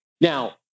now